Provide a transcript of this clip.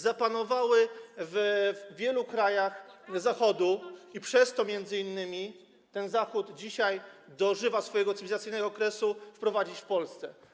zapanowały w wielu krajach Zachodu - przez to m.in. ten Zachód dzisiaj dożywa swojego cywilizacyjnego kresu - należy wprowadzić w Polsce.